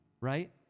right